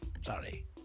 sorry